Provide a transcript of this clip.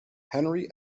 henry